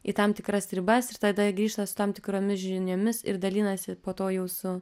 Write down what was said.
į tam tikras ribas ir tada grįžta su tam tikromis žiniomis ir dalinasi po to jau su